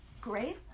Great